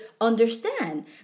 understand